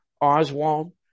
Oswald